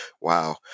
Wow